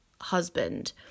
husband